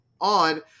on